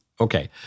Okay